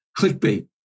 clickbait